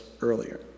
earlier